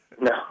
No